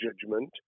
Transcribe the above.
judgment